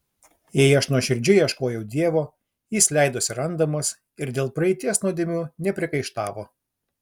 jei aš nuoširdžiai ieškojau dievo jis leidosi randamas ir dėl praeities nuodėmių nepriekaištavo